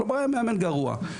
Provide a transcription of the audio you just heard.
כלומר היה מאמן גרוע.